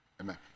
Amen